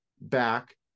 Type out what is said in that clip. back